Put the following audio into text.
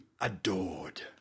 Adored